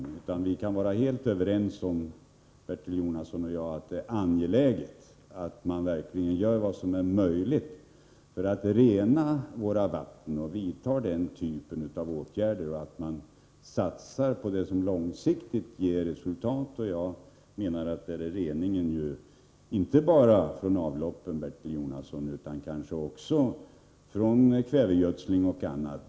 Bertil Jonasson och jag kan vara helt överens om att det är angeläget att man verkligen gör vad som är möjligt för att rensa våra vatten och satsar på åtgärder som långsiktigt ger resultat. Det gäller rening inte bara från avloppen, Bertil Jonasson, utan också från kvävegödsling och annat.